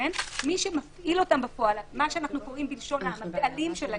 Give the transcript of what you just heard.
מי שמפעיל אותם בפועל מה שאנחנו קוראים הבעלים של העסק,